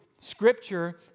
Scripture